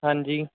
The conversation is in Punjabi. ਹਾਂਜੀ